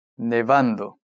Nevando